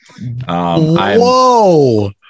Whoa